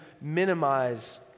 minimize